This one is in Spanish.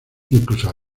incluso